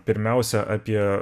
pirmiausia apie